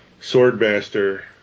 Swordmaster